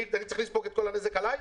אני צריך לספוג את כל הנזק עליי?